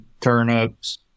turnips